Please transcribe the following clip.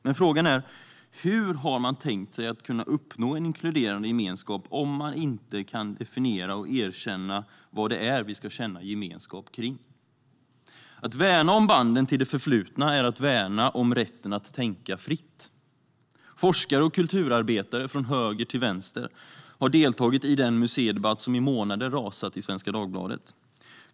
Men frågan är: Hur har man tänkt sig att kunna uppnå en inkluderande gemenskap om man inte kan definiera och erkänna vad det är vi ska känna gemenskap kring? Att värna om banden till det förflutna är att värna om rätten att tänka fritt. Forskare och kulturarbetare från höger till vänster har deltagit i den museidebatt som i månader rasat i Svenska Dagbladet.